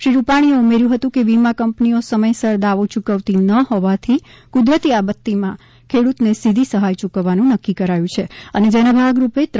શ્રી રૂપાણીએ ઉમેર્યું હતું કે વીમા કંપનીઓ સમયસર દાવો ચૂકવતી ન હોવાથી કુદરતી આપત્તિમાં ખેડૂતને સીધી સહાય ચુકવવાનું નક્કી કર્યુ છે અને જેના ભાગરૂપે રૂ